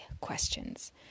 questions